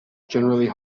generally